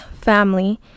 family